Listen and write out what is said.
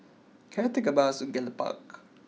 can I take a bus to Gallop Park